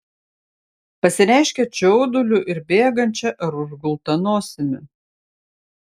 pasireiškia čiauduliu ir bėgančia ar užgulta nosimi